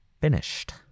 finished